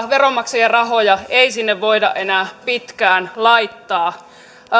veronmaksajien rahoja ei sinne voida enää pitkään laittaa